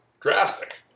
Drastic